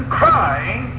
crying